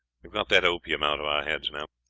got that opium out of our heads now.